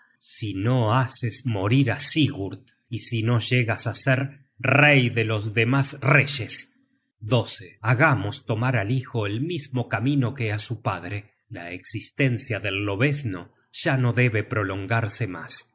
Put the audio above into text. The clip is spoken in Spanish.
si no haces morir á sigurd y si no llegas á ser el rey de los demas reyes hagamos tomar al hijo el mismo camino que á su padre la existencia del lobezno ya no debe prolongarse mas